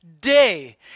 day